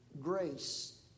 grace